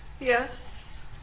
Yes